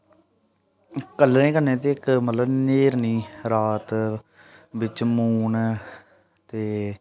कलरें कन्नै ते इक मतलब न्हेरनी रात बिच मून ते